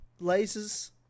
Lasers